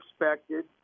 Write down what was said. expected